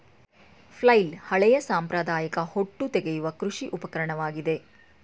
flail ಹಳೆಯ ಸಾಂಪ್ರದಾಯಿಕ ಹೊಟ್ಟು ತೆಗೆಯುವ ಕೃಷಿ ಉಪಕರಣವಾಗಿದೆ